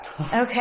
Okay